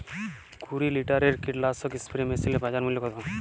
কুরি লিটারের কীটনাশক স্প্রে মেশিনের বাজার মূল্য কতো?